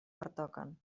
pertoquen